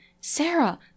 Sarah